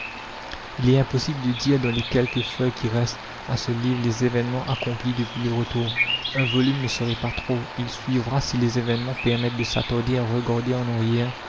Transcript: il est impossible de dire dans les quelques feuilles qui restent à ce livre les événements accomplis depuis le retour un volume ne serait pas trop il suivra si les événements permettent de s'attarder à regarder en